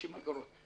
60 אגורות.